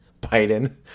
Biden